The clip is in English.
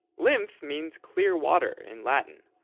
lymph means clear water in latin,